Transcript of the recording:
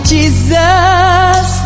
Jesus